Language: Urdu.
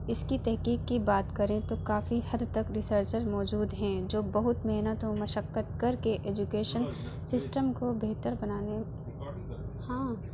اس کی تحقیق کی بات کریں تو کافی حد تک ریسرچر موجود ہیں جو بہت محنت و مشقت کر کے ایجوکیشن سسٹم کو بہتر بنانے ہاں